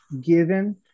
given